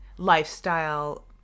lifestyle